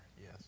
yes